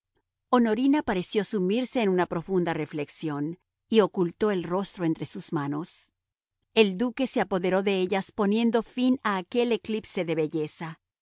honorina pareció sumirse en una profunda reflexión y ocultó el rostro entre sus manos el duque se apoderó de ellas poniendo fin así a aquel eclipse de belleza